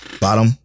Bottom